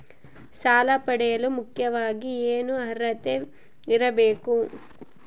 ಸಾಲ ಪಡೆಯಲು ಮುಖ್ಯವಾಗಿ ಏನು ಅರ್ಹತೆ ಇರಬೇಕು?